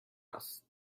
است